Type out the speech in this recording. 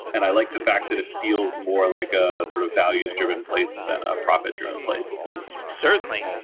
and i like the fact that it feels more like a sort of values-driven place than a profit-driven place certainly.